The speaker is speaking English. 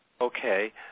Okay